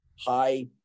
high